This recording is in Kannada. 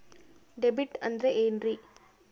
ಡಿ.ಬಿ.ಟಿ ಅಂದ್ರ ಏನ್ರಿ?